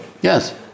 Yes